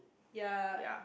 ya